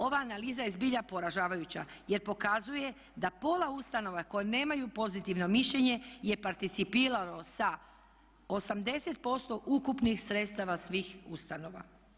Ova analiza je zbilja poražavajuća jer pokazuje da pola ustanova koje nemaju pozitivno mišljenje je participiralo sa 80% ukupnih sredstava svih ustanova.